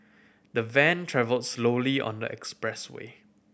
the van travelled slowly on the expressway